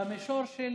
במישור של